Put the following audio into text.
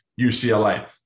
UCLA